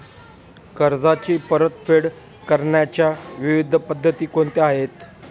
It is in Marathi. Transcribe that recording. कर्जाची परतफेड करण्याच्या विविध पद्धती कोणत्या आहेत?